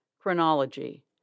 Chronology